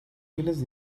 fieles